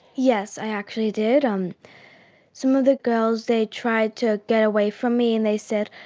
yes, i actually did. um some of the girls, they tried to get away from me and they said,